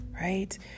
Right